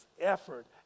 effort